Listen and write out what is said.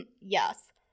yes